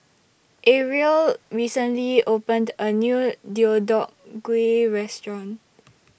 Arielle recently opened A New Deodeok Gui Restaurant